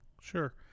Sure